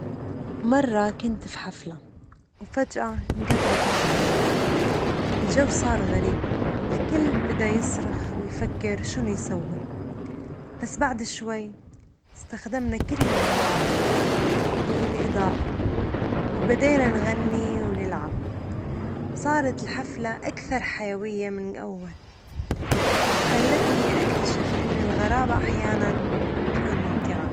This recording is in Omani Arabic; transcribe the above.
مرة كنت في حفلة، وفجأة انجطعت الكهرباء، الجو صار غريب، الكل بدأ يصرخ ويفكر شنو يسوي، بس بعد شوي استخدمنا كلنا الهواتف لل إضاءة وبدينا نغني و نلعب، صارت الحفلة أكثر حيوية من الأول، وخلتني أكتشف إن الغرابة أحيانًا تكون ممتعة.